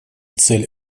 цель